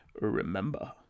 Remember